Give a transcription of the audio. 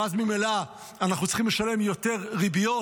ואז ממילא אנחנו צריכים לשלם יותר ריביות,